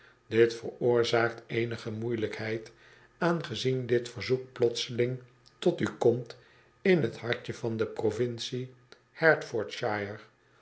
dit veroorzaakt eenige moeielijkheid aangezien dit verzoek plotseling tot u komt in t hartje van de provincie